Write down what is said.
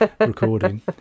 recording